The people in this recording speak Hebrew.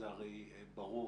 וזה הרי ברור,